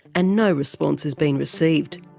and no response has been received.